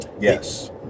Yes